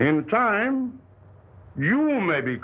any time you may be